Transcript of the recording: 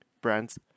brands